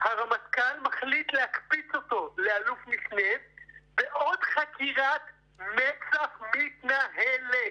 הרמטכ"ל מחליט להקפיץ אותו לאלוף משנה בעוד חקירת מצ"ח מתנהלת.